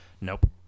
nope